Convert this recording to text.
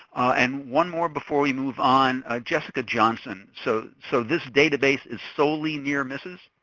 and one more before we move on, jessica johnson, so so this database is solely near misses?